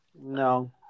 No